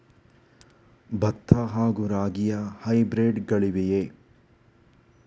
ಭತ್ತ ಹಾಗೂ ರಾಗಿಯ ಹೈಬ್ರಿಡ್ ಗಳಿವೆಯೇ?